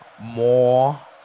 more